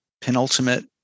penultimate